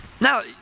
now